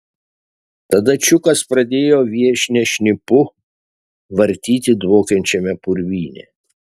tada čiukas pradėjo viešnią šnipu vartyti dvokiančiame purvyne